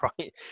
right